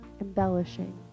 embellishing